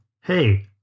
hey